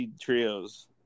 Trios